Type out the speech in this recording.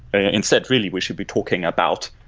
instead, really, we should be talking about,